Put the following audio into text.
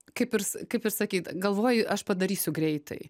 kaip ir s kaip ir sakyt galvoji aš padarysiu greitai